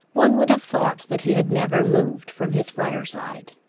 one would have thought that he had never moved from his fire-side.